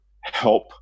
help